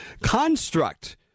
construct